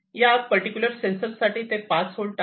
या particular sensor साठी ते 5 होल्ट आहे